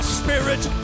spirit